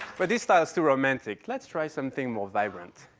but this style is too romantic. let's try something more vibrant.